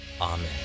Amen